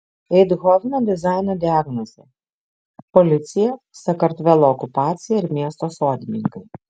eindhoveno dizaino diagnozė policija sakartvelo okupacija ir miesto sodininkai